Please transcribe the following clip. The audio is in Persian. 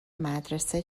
مدرسه